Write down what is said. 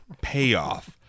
Payoff